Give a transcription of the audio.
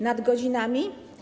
Nadgodzinami?